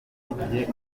bworoheje